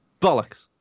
Bollocks